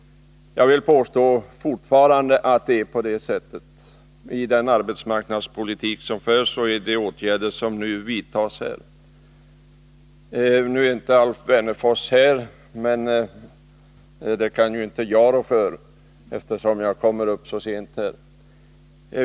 Jag påstår fortfarande att det är på det sättet genom den arbetsmarknadspolitik som förs och de åtgärder som nu vidtas. Alf Wennerfors är inte här nu, men det kan jag inte rå för, eftersom jag kommer upp så sent.